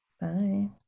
Bye